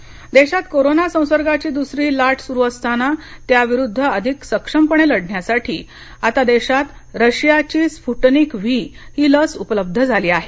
Sputnik देशांत कोरोनासंसर्गाची दूसरी लाट सुरू असतानात्या विरुद्ध अधिक सक्षमपणे लढण्यासाठी आता देशात रशियाची स्फुटनिक व्ही ही लस उपलब्ध झाली आहे